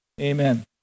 amen